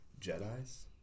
Jedis